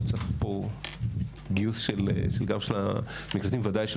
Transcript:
וצריך פה גיוס גם של המקלטים ובוודאי של